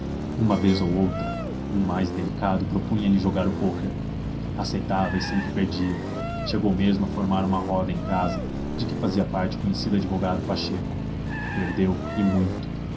uma vez ou outra um mais delicado propunha lhe jogar o poker aceitava e sempre perdia chegou mesmo a formar uma roda em casa de que fazia parte o conhecido advogado pacheco perdeu e muito